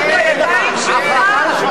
הכוח בידיים שלך.